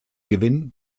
gewinn